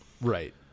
Right